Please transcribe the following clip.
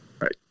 Right